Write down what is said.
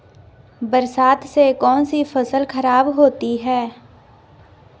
बरसात से कौन सी फसल खराब होती है?